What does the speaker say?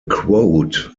quote